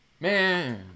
Man